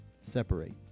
separate